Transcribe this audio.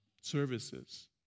services